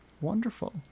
Wonderful